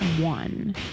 one